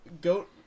goat